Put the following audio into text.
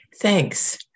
Thanks